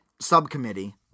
subcommittee